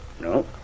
No